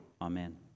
Amen